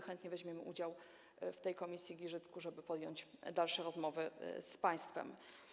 Chętnie weźmiemy udział w tej komisji w Giżycku, żeby podjąć dalsze rozmowy z państwem.